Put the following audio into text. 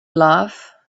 love